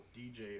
DJ